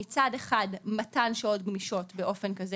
מצד אחד מתן שעות גמישות באופן כזה